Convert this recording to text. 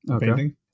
painting